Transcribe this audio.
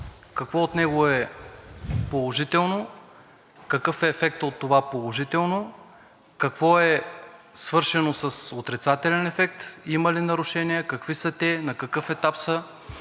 какво от него е положително, какъв е ефектът от това положително, какво е свършено с отрицателен ефект, има ли нарушения, какви са те, на какъв етап са,